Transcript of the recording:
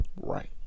Right